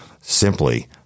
simply